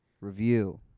Review